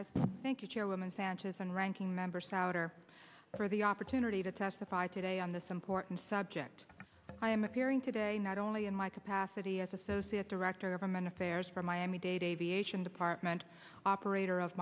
yeah thank you chairwoman sanchez and ranking member souter for the opportunity to testify today on this important subject i am appearing today not only in my capacity as associate director of women affairs from miami dade aviation department operator of